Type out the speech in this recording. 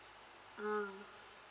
uh